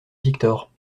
victor